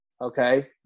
okay